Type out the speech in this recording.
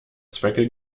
zwecke